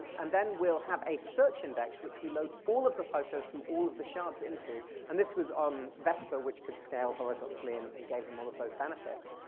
and then we'll have a search index which we load all of the photos from all of the shards into. and this was on vespa, which could scale horizontally and and gave them all of those benefits.